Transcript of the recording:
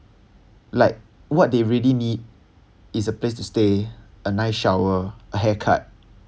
like what they really need is a place to stay a nice shower a hair cut